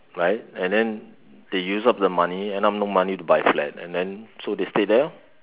right and then they use up the money end up no money buy flat and then so they stay there lor